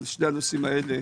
שני הנושאים הללו,